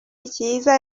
kiiza